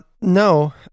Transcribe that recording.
No